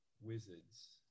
Wizards